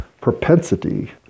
propensity